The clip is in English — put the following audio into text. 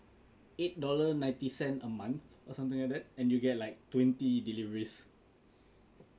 eight dollars ninety cent a month or something like that and you get like twenty deliveries